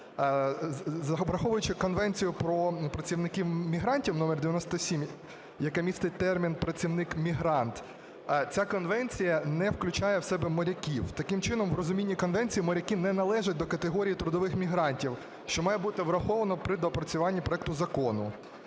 Враховуючи Конвенцію про працівників-мігрантів № 97, яка містить термін "працівник-мігрант", ця конвенція не включає в себе моряків. Таким чином, в розумінні конвенції моряки не належать до категорії трудових мігрантів, що має бути враховано при доопрацюванні проекту закону.